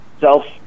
self